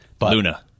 Luna